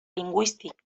lingüístic